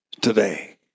today